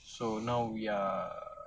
so now we are